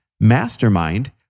mastermind